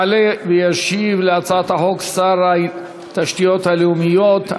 יעלה וישיב על הצעת החוק שר התשתיות הלאומיות,